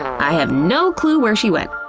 i have no clue where she went.